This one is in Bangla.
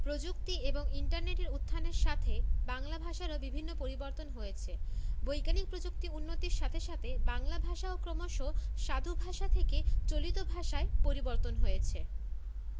প্রযুক্তি এবং ইন্টারনেটের উত্থানের সাথে বাংলা ভাষারও বিভিন্ন পরিবর্তন হয়েছে বৈজ্ঞানিক প্রযুক্তি উন্নতির সাথে সাথে বাংলা ভাষাও ক্রমশ সাধুভাষা থেকে চলিত ভাষায় পরিবর্তন হয়েছে